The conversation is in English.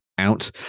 out